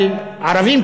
אבל ערבים,